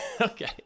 okay